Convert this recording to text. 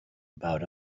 about